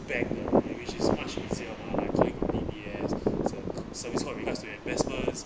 是 beg 的 which is much easier mah calling B_S 什么 regards to your investments